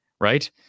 right